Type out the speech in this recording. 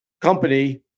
company